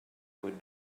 would